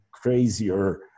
crazier